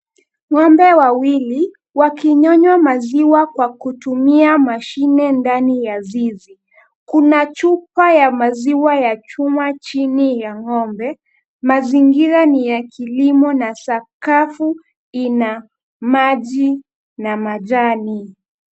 Ng'ombe wawili wakinyonya maziwa kwa kutumia mashine ndani ya zizi. Kuna chupa ya maziwa ya chuma chini ya ng'ombe. Mazingira ni ya kilimo na sakafu ina maji na majani.